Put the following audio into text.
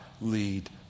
lead